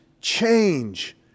change